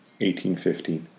1815